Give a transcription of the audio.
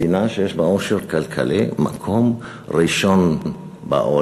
מדינה שיש בה עושר כלכלי, מקום ראשון בעוני,